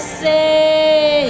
say